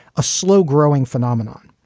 a slow growing phenomenon.